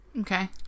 Okay